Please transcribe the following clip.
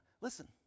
Listen